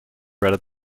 rather